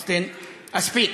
אספיק.